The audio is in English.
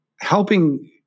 helping